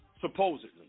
supposedly